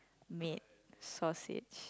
made sausage